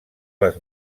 les